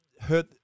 hurt